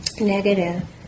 negative